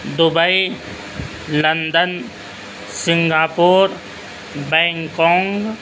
Dubai London Singapore Bangkok